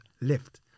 lift